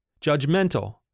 judgmental